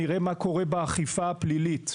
נראה מה קורה באכיפה הפלילית.